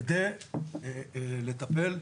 כדי לטפל,